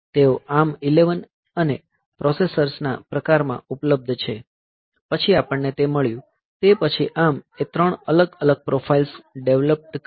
તેઓ ARM 11 અને પ્રોસેસર્સના પ્રકારમાં ઉપલબ્ધ છે પછી આપણને તે મળ્યું તે પછી ARM એ ત્રણ અલગ અલગ પ્રોફાઇલ્સ ડેવલપ કરી